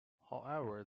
however